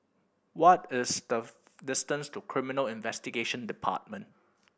what is the distance to Criminal Investigation Department